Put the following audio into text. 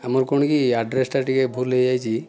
ଆମର କ'ଣ କି ଆଡ଼୍ରେସଟା ଟିକେ ଭୁଲ ହୋଇଯାଇଛି